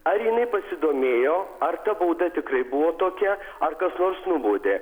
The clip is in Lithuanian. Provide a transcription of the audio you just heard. ar jinai pasidomėjo ar ta bauda tikrai buvo tokia ar kas nors nubaudė